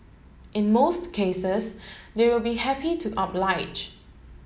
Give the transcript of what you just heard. in most cases they will be happy to oblige